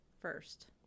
first